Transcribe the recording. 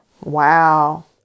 Wow